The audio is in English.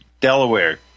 Delaware